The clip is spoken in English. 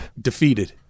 defeated